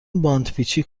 باندپیچی